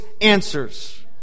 answers